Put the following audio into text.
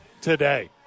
today